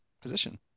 position